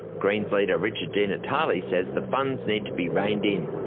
greens leader richard di natale says the funds need to be reined in.